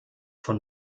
von